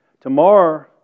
Tomorrow